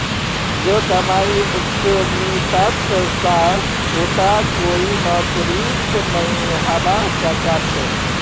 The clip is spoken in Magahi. जो कमाई उद्यमितात छ उटा कोई नौकरीत नइ हबा स ख छ